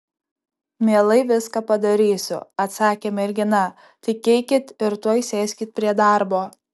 mielai viską padarysiu atsakė mergina tik eikit ir tuoj sėskit prie darbo